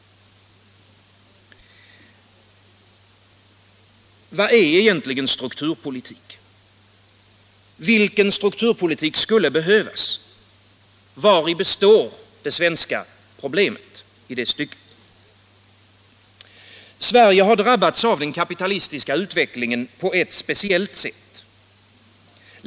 Vad är egentligen strukturpolitik? Vilken strukturpolitik skulle behövas? Vari består Sveriges problem? Sverige har drabbats av den kapitalistiska utvecklingen på ett speciellt sätt.